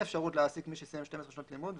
אפשרות להעסיק מי שסיים 12 שנות לימוד,